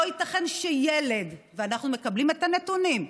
לא ייתכן שילד, ואנחנו מקבלים את הנתונים,